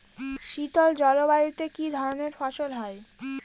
শীতল জলবায়ুতে কি ধরনের ফসল হয়?